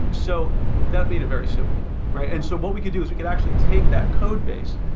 so that made it very simple, right? and so what we could do is we could actually take that codebase.